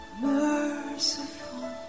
merciful